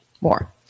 more